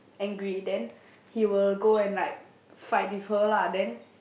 angry then he will go and like fight with her lah then